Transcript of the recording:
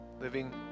Living